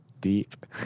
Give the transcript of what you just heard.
deep